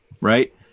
right